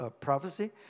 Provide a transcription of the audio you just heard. prophecy